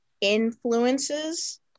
influences